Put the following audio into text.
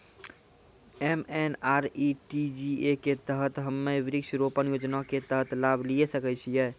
MNREGA के तहत हम्मय वृक्ष रोपण योजना के तहत लाभ लिये सकय छियै?